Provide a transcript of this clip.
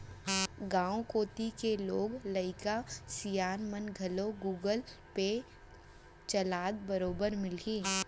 गॉंव कोती के लोग लइका सियान मन घलौ गुगल पे चलात बरोबर मिलहीं